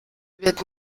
wird